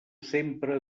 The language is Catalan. sempre